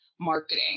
marketing